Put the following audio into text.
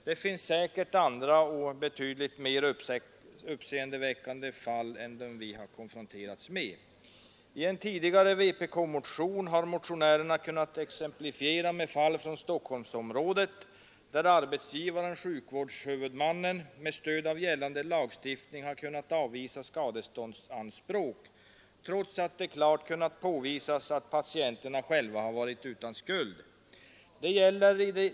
Det finns säkert andra och betydligt mer uppseendeväckande fall än de som vi har konfronterats med. I en tidigare vpk-motion har motionärerna kunnat exemplifiera med fall från Stockholmsområdet, där arbetsgivaren/sjukvårdshuvudmannen med stöd av gällande lagstiftning har kunnat avvisa skadeståndsanspråk trots att det klart kunde påvisas att patienterna själva varit utan skuld.